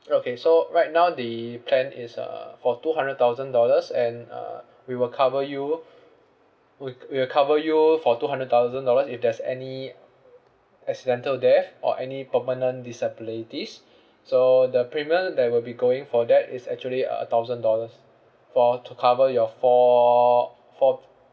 okay so right now the plan is uh for two hundred thousand dollars and uh we will cover you wec~ we will cover you for two hundred thousand dollars if there's any accidental death or any permanent disabilities so the premium that will be going for that is actually uh a thousand dollars for to cover your four four